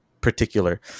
particular